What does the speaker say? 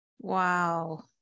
wow